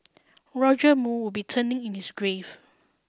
Roger Moore would be turning in his grave